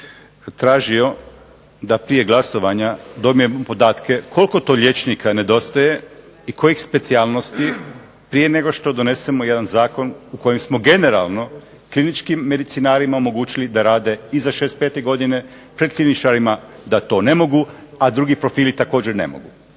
tražio da dobijem podatke koliko to liječnika nedostaje i kojih specijalnosti prije nego što donesemo jedan zakon u kojem smo generalno kliničkim medicinarima omogućili da rade iza 65. godine pred kliničarima da to ne mogu, a da drugi profili također ne mogu.